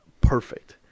perfect